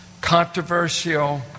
controversial